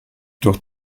durch